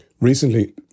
Recently